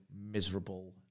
miserable